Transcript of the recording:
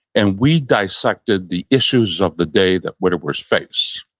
and we dissected the issues of the day that widowers face.